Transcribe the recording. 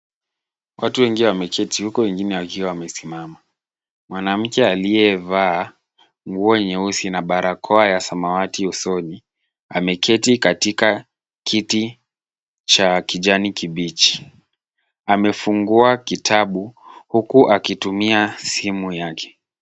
Watu wengi wameketi huku wengine wakiwa wamesimama. Mwanamke aliyevaa nguo nyeusi na barakoa ya samawati usoni ameketi katika kiti cha kijani kibichi. Amefungua kitabu huku akitumia simu yake.